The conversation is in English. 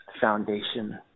foundation